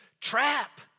Trap